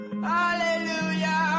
Hallelujah